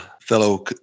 fellow